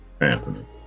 Anthony